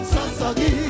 Sasagi